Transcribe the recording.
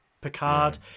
Picard